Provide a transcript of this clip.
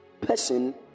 person